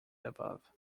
above